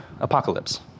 apocalypse